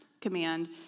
command